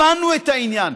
הבנו את העניין,